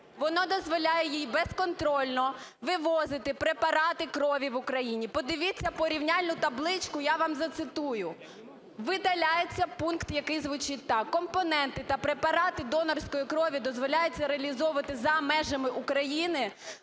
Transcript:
Він дозволяє їй безконтрольно вивозити препарати крові в Україні. Подивіться порівняльну табличку, я вам зацитую. Видаляється пункт, який звучить так: "Компоненти та препарати донорської крові дозволяється реалізовувати за межами України